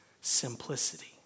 simplicity